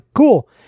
cool